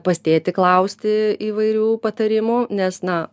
pas tėtį klausti įvairių patarimų nes na